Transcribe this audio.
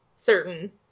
certain